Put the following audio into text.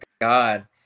God